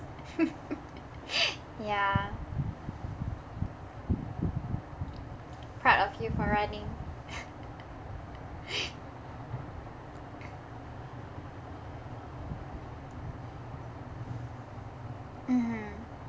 ya proud of you for running mmhmm